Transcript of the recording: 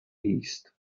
east